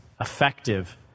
effective